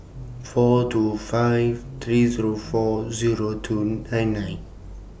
four two five three Zero four Zero two nine nine